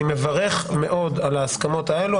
אני מברך מאוד על ההסכמות האלה,